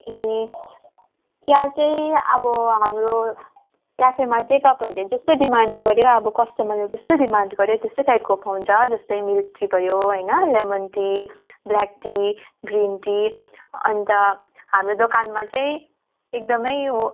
ए चिया चाहिँ अब हाम्रो क्याफेमा चाहिँ तपाईँहरूले जस्तो डिमान्ड गर्यो अब कस्टमरले जस्तो डिमान्ड गर्यो त्यस्तै टाइपको पाउँछ जस्तै मिल्क टी भयो होइन lemon tea black tea green tea अन्त हाम्रो दोकानमा चाहिँ एकदमै हो